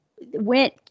went